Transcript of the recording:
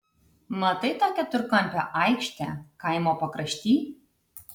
matai tą keturkampę aikštę kaimo pakrašty